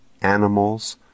animals